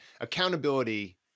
accountability